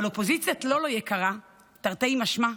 אבל, אופוזיציית לא-לא יקרה, תרתי משמע,